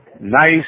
nice